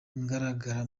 ngaragara